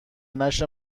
نشر